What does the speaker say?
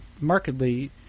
markedly